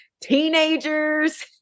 teenagers